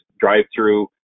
drive-through